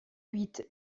huit